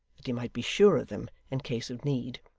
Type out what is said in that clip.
that he might be sure of them, in case of need.